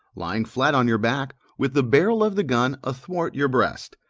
lying flat on your back, with the barrel of the gun athwart your breast.